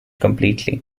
completely